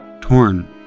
torn